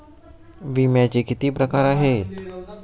विम्याचे किती प्रकार आहेत?